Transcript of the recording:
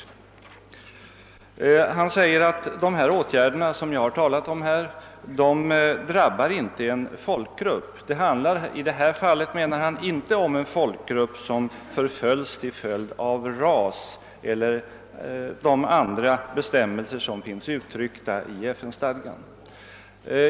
Utrikesministern säger att de åtgärder som jag tagit upp inte drabbar en viss folkgrupp till följd av dennes rastillhörighet eller de andra kriterier som finns angivna i FN-stadgan.